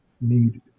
need